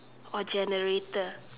or generator